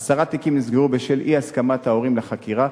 עשרה תיקים נסגרו בשל אי-הסכמת ההורים לחקירה,